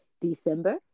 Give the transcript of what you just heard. December